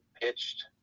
pitched